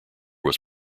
was